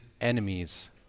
enemies